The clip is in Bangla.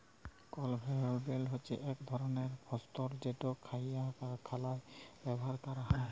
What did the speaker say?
কলভেয়র বেল্ট হছে ইক ধরলের যল্তর যেট খাইদ্য কারখালায় ব্যাভার ক্যরা হ্যয়